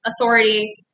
authority